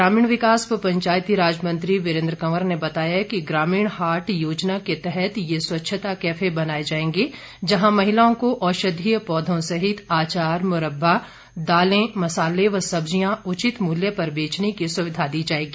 ग्रामीण विकास व पंचायती राज मंत्री वीरेन्द्र कंवर ने बताया कि ग्राम हाट योजना के तहत ये स्वच्छता कैफे बनाए जाएंगे जहां महिलाओं को औषधीय पौधों सहित आचार मुरब्बा दालें मसाले व सब्जियां उचित मूल्य पर बेचने की सुविधा दी जाएगी